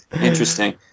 Interesting